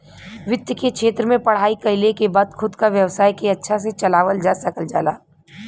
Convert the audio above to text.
वित्त के क्षेत्र में पढ़ाई कइले के बाद खुद क व्यवसाय के अच्छा से चलावल जा सकल जाला